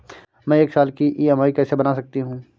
मैं एक साल की ई.एम.आई कैसे बना सकती हूँ?